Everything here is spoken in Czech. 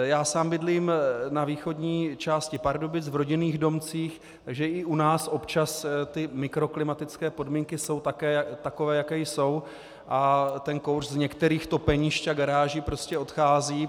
Já sám bydlím na východní části Pardubic v rodinných domcích, takže i u nás občas mikroklimatické podmínky jsou takové, jaké jsou, a ten kouř z některých topenišť a garáží prostě odchází.